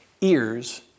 ears